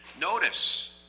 notice